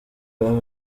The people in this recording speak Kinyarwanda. abo